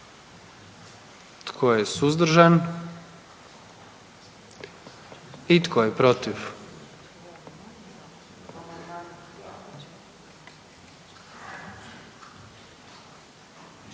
Tko je suzdržan? I tko je protiv?